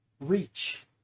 reach